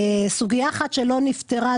סוגיה אחת שלא נפתרה,